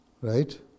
right